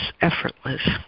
effortless